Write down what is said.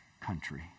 country